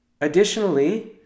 Additionally